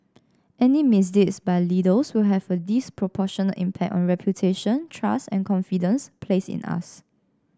any misdeeds by leaders will have a disproportionate impact on reputation trust and confidence placed in us